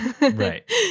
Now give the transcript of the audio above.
Right